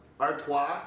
Artois